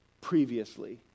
previously